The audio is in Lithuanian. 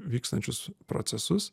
vykstančius procesus